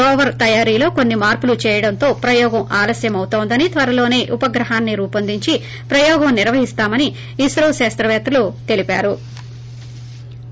rover తయారీలో కొన్పి మార్పులు చేయడంతో ప్రయోగం ఆలస్యమవుతోందని త్వరలోనే ఉపగ్రహాన్పి రూవొందించి ప్రయోగం నిర్వహిస్తామని ఇస్రో శాస్తపేత్తలు తెలిపారు